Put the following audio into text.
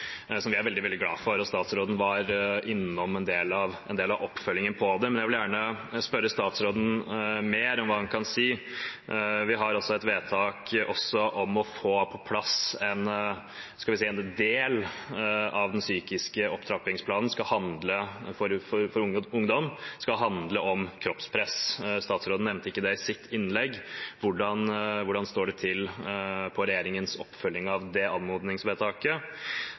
som vi er veldig glad for. Statsråden var innom en del av oppfølgingen av dette, men jeg vil gjerne spørre statsråden mer om hva han kan si. Vi har også et vedtak om å få på plass at en del av den psykiske opptrappingsplanen for ungdom skal handle om kroppspress. Statsråden nevnte ikke det i sitt innlegg. Hvordan står det til med regjeringens oppfølging av det anmodningsvedtaket?